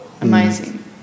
Amazing